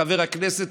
חבר הכנסת,